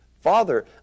Father